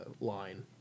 line